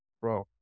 bro